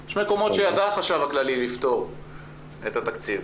יש מקומות שידע החשב הכללי לפתור את התקציב.